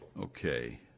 Okay